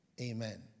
Amen